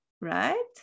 right